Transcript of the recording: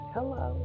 Hello